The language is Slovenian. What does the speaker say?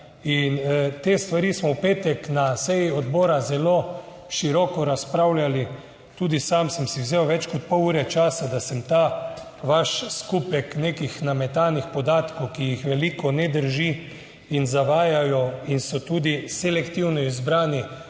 in te stvari smo v petek na seji odbora zelo široko razpravljali, tudi sam sem si vzel več kot pol ure časa, da sem ta vaš skupek nekih nametanih podatkov, ki jih veliko ne drži in zavajajo in so tudi selektivno izbrani,